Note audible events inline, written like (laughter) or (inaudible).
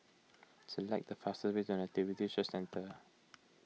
(noise) select the fastest way the Nativity Church Centre